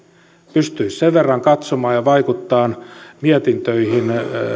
pystyisi sen verran katsomaan ja vaikuttamaan mietintöihin